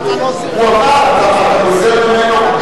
אתה גוזל ממנו.